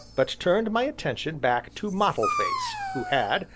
but turned my attention back to mottle-face, who had,